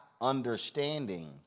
understanding